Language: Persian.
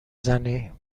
زنی